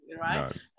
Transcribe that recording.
right